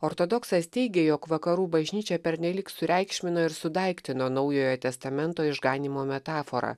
ortodoksas teigia jog vakarų bažnyčia pernelyg sureikšmino ir sudaiktino naujojo testamento išganymo metaforą